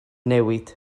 newid